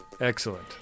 excellent